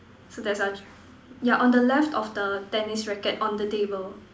so that's such yeah on the left of the tennis racket on the table